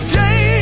day